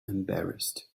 embarrassed